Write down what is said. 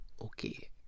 okay